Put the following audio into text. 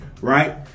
right